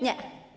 Nie!